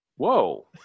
whoa